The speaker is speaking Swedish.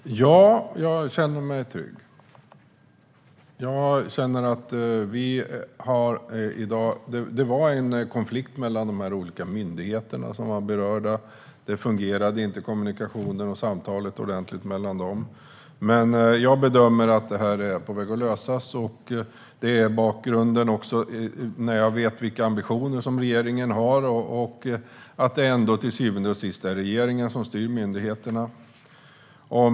Herr talman! Ja, jag känner mig trygg. Det var en konflikt mellan de olika myndigheter som var berörda. Kommunikationen och samtalet mellan dem fungerade inte ordentligt, men jag bedömer att detta är på väg att lösas. Jag vet vilka ambitioner regeringen har och att det till syvende och sist är regeringen som styr myndigheterna.